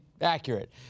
accurate